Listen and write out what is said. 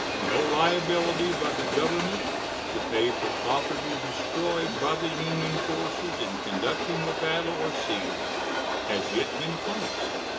no liability by the government to pay for property destroyed by the union forces in conducting a battle or siege has yet been claimed,